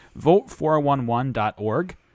vote411.org